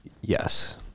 Yes